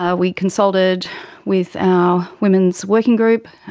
ah we consulted with our women's working group,